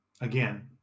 again